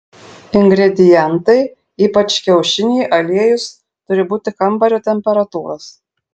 ingredientai ypač kiaušiniai aliejus turi būti kambario temperatūros